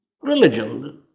Religion